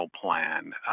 plan